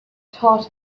taught